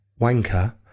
wanker